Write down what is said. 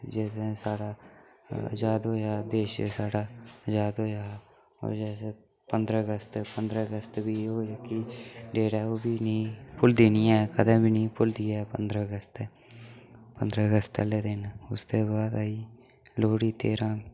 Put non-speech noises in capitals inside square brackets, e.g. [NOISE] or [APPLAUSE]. जिस दिन साढ़ा अजाद होएआ देश साढ़ा अजाद होएया हा [UNINTELLIGIBLE] पंदरां अगस्त पंदरां अगस्त बी ओह् जेह्की डेट ऐ ओह् बी नेईं बी भुलदी नी ऐ कदें बी नेईं भुलदी ऐ पंदरां अगस्त पंदरां अगस्त आह्ले दिन उसदे बाद आई लोह्ड़ी तेरां